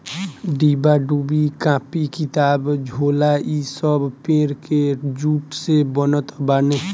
डिब्बा डुब्बी, कापी किताब, झोला इ सब पेड़ के जूट से बनत बाने